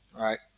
right